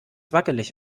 wackelig